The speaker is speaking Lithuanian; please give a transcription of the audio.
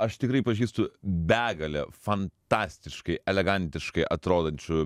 aš tikrai pažįstu begalę fantastiškai elegantiškai atrodančių